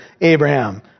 Abraham